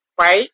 right